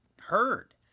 heard